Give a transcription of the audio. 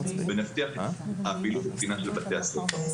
ונבטיח את הפעילות התקינה של בתי הספר.